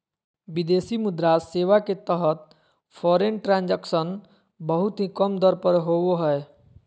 विदेशी मुद्रा सेवा के तहत फॉरेन ट्रांजक्शन बहुत ही कम दर पर होवो हय